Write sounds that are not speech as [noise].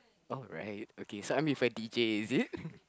alright okay so I'm with a D_J is it [laughs]